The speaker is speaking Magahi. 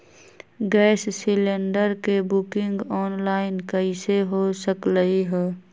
गैस सिलेंडर के बुकिंग ऑनलाइन कईसे हो सकलई ह?